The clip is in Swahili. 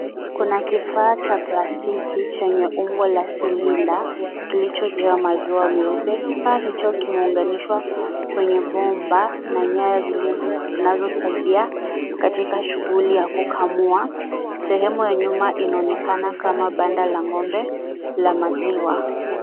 Kuna kifaa cha plastiki chenye umbo la silinda kilichojaa maziwa meupe. Kifaa hicho kimeunganishwa kwenye bomba na nyaya zilizosaidia katika shughuli ya kukamua. Sehemu ya nyuma inaonekana kama banda la ng'ombe la maziwa.